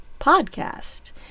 podcast